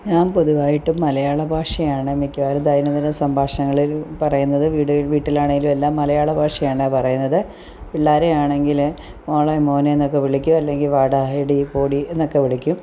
ഞാൻ പൊതുവായിട്ട് മലയാള ഭാഷയാണ് മിക്കവാറും ദൈനംദിന സംഭാഷണങ്ങളിൽ പറയുന്നത് വീട് വീട്ടിലാണെങ്കിലും എല്ലാം മലയാളഭാഷയാണ് പറയുന്നത് പിള്ളേരെയാണെങ്കിൽ മോളെ മോനെയെന്നൊക്കെ വിളിക്കും അല്ലെങ്കിൽ വാടാ എടീ പോടി എന്നൊക്കെ വിളിക്കും